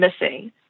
missing